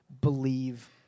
believe